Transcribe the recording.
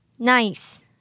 Nice